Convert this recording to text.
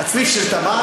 "הצריף של תמרי".